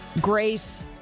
Grace